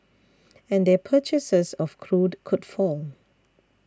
and their purchases of crude could fall